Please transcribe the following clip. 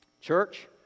Church